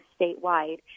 statewide